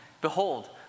Behold